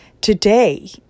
Today